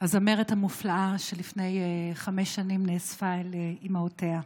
הזמרת המופלאה שלפני חמש שנים נאספה אל אימהותיה,